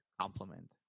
complement